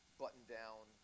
button-down